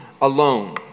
alone